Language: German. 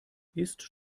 ist